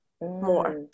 more